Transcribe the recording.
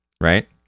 right